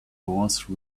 horse